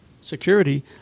security